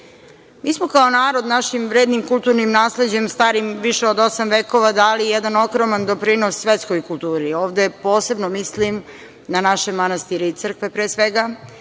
smo kao narod našim vrednim kulturnim nasleđem starim više od osam vekova dali jedan ogroman doprinos svetskoj kulturi. Ovde posebno mislim na naše manastire i crkve, pre svega,